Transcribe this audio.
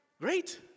Great